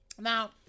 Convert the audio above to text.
Now